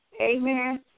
Amen